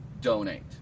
donate